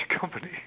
company